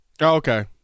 okay